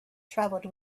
travelled